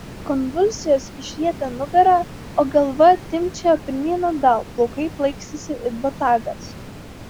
konvulsijos išrietė nugarą o galva timpčiojo pirmyn atgal plaukai plaikstėsi it botagas